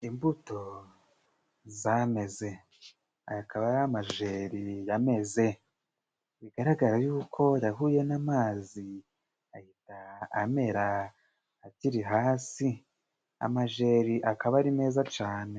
Imbuto zameze aya akaba ari amajeri yameze bigaragara yuko yahuye n'amazi ahita amera akiri hasi amajeri akaba ari meza cane.